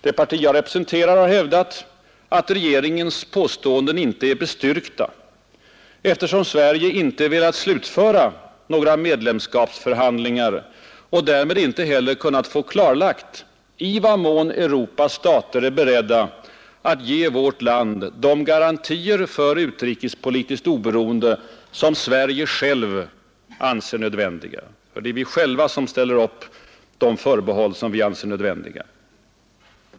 Det parti jag tillhör har hävdat, att regeringens påståenden inte är bestyrkta, eftersom Sverige inte velat slutföra några medlemskapsförhandlingar och därmed inte heller kunnat få klarlagt, i vad mån Europas stater är beredda att ge vårt land de garantier för utrikespolitiskt oberoende som Sverige självt anser nödvändiga. Det är vi själva som ställer upp de förbehåll som vi anser nödvändiga.